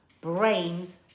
brains